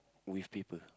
with paper